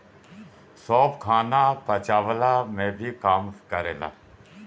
सौंफ खाना पचवला में भी बहुते काम करेला